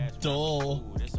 dull